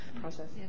process